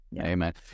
amen